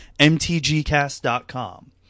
mtgcast.com